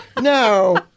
No